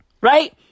Right